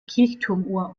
kirchturmuhr